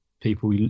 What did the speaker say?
people